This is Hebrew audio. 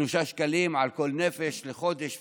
שלושה שקלים על כל נפש לחודש וכו'